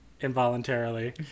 involuntarily